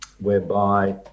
whereby